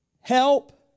help